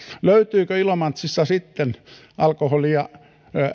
löytyykö ilomantsissa sitten alkoholia